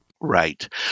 Right